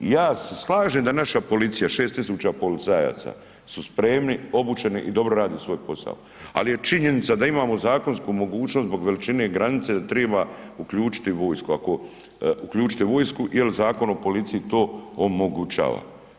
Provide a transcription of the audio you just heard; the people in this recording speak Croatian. I ja se slažem da naša policija, 6 tisuća policajaca su spremni, obučeni i dobro rade svoj posao, ali je činjenica da imamo zakonsku mogućnost zbog veličine granice da treba uključiti vojsku, ako uključiti vojsku jer Zakon o policiji to omogućava.